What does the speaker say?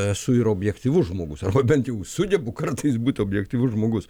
esu ir objektyvus žmogus arba bent jau sugebu kartais būti objektyvus žmogus